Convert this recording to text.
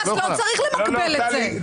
אז לא צריך למקבל את זה.